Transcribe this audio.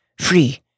Free